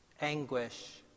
anguish